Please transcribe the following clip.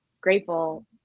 grateful